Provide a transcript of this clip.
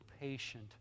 patient